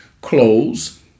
clothes